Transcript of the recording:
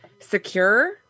secure